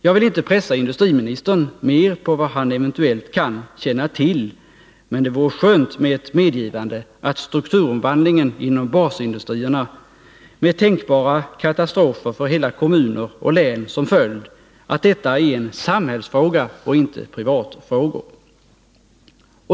Jag vill inte pressa industriministern mer på vad han eventuellt kan känna till, men det vore skönt med ett medgivande av att strukturomvandlingen inom basindustrierna, med tänkbara katastrofer för hela kommuner och län som följd, är en samhällsfråga och inte en privatfråga.